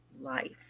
life